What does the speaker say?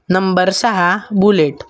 number सहा bullet